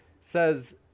says